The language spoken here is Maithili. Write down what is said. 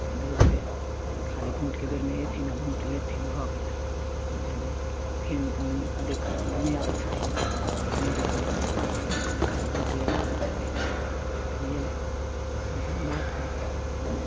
ताहि दुआरे खाली भोटके बेरमे एथिन आ भोट लेथिन भऽ गेलै बुझलियै फेर ओ नहि देखऽ नहि आबै छथिन मुँह देखबै लऽ बुझलियै खाली भोट लै लऽ आबै छथिन बुझलियै ने तऽ वएह बात हइ जे